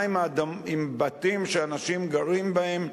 מה עם בתים שאנשים גרים בהם,